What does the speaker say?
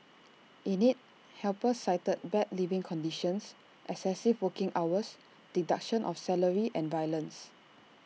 in IT helpers cited bad living conditions excessive working hours deduction of salary and violence